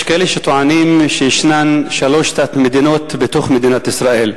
יש כאלה שטוענים שישנן שלוש תת-מדינות בתוך מדינת ישראל.